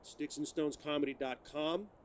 sticksandstonescomedy.com